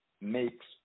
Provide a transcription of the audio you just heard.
makes